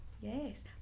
Yes